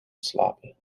slapen